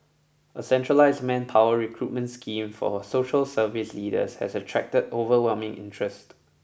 a centralised manpower recruitment scheme for social service leaders has attracted overwhelming interest